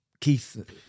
Keith